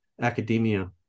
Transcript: academia